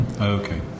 Okay